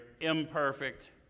imperfect